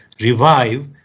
revive